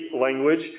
language